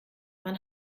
man